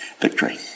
victory